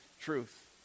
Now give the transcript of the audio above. truth